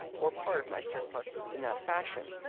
or part of my surplus, in that fashion,